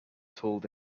told